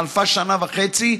חלפה שנה וחצי,